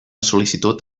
sol·licitud